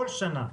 בכל שנה,